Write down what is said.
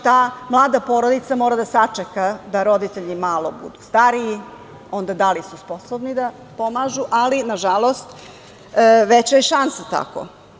Ta mlada porodica znači mora da sačeka da roditelji malo budu stariji, onda da li su sposobni da pomažu, ali nažalost veća je šansa tako.